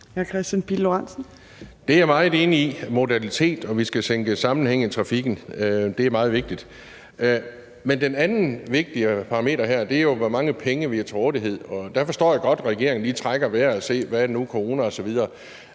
Det er jeg meget enig i: modalitet, og at vi skal tænke sammenhæng i trafikken, er meget vigtigt. Men det andet vigtige parameter her er jo, hvor mange penge vi har til rådighed, og der forstår jeg godt, at regeringen lige trækker vejret og ser, hvad situationen